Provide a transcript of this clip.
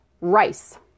rice